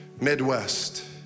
Midwest